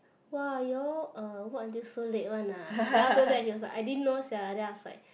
!wah! you all uh work until so late one ah then after that he was like I didn't know sia then I was like